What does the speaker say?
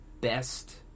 Best